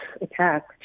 attack